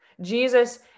Jesus